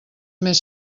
més